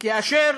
כאשר